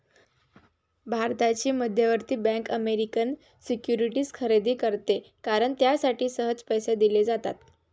भारताची मध्यवर्ती bank American securities खरेदी करते कारण त्यासाठी सहज पैसे दिले जातात